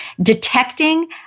detecting